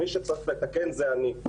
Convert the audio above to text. שמי שצריך לתקן זה אני.